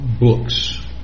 books